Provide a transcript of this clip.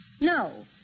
No